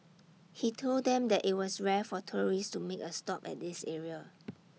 he told them that IT was rare for tourists to make A stop at this area